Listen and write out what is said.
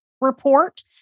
Report